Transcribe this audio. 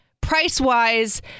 price-wise